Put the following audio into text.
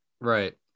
Right